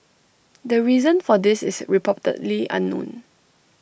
the reason for this is reportedly unknown